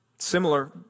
Similar